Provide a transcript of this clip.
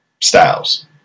Styles